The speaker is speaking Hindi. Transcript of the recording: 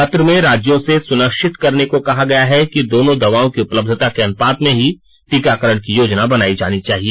पत्र में राज्यों से सुनिश्चित करने को कहा गया है कि दोनों दवाओं की उपलब्धता के अनुपात में ही टीकाकरण की योजना बनाई जानी चाहिए